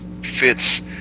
fits